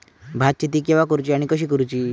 भात शेती केवा करूची आणि कशी करुची?